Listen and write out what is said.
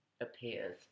appears